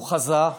הוא חזה,